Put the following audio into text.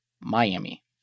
Miami